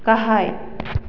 गाहाय